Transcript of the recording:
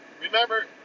remember